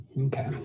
okay